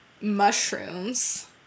Mushrooms